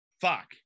fuck